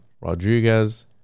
rodriguez